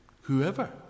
whoever